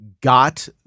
got